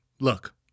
look